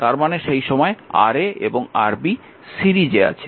তার মানে সেই সময়ে Ra এবং Rb সিরিজে আছে